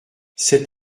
cet